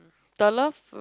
the love